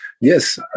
yes